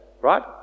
right